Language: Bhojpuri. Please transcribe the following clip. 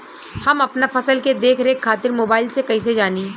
हम अपना फसल के देख रेख खातिर मोबाइल से कइसे जानी?